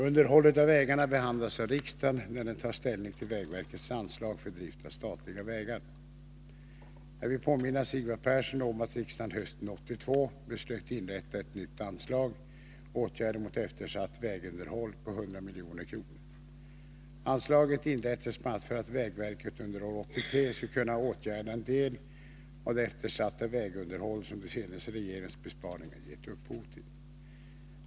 Underhållet av vägarna behandlas av riksdagen när den tar ställning till vägverkets anslag för Drift av statliga vägar. Jag vill påminna Sigvard Persson om att riksdagen hösten 1982 beslöt inrätta ett nytt anslag, Åtgärder mot eftersatt vägunderhåll, på 100 milj.kr. Anslaget inrättades bl.a. för att vägverket under år 1983 skall kunna åtgärda en del av det eftersatta vägunderhåll som de senaste regeringarnas besparingar gett upphov till.